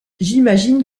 j’imagine